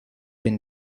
been